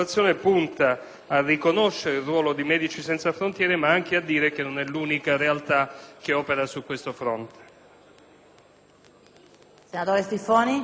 a riconoscere il ruolo di Medici Senza Frontiere e a ricordare che non è l'unica realtà che opera su questo fronte.